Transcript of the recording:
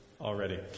already